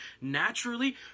naturally